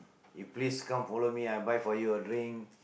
you please come follow me I buy for you a drink